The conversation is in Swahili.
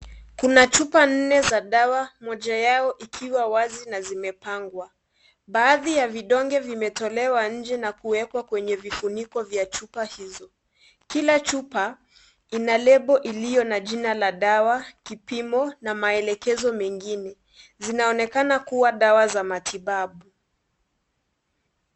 Kuna chupa nne za dawa moja yao ikiwa wazi na zimepangwa. Baadhi ya vidonge vimetolewa nje na kuwekwa kwenye vifuniko vya chupa hizo. Kila chupa ina lebo iliyo na jina la dawa, vipimo na maelekezo mengine. Zinaonekana kuwa dawa za matibabu.